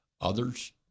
Others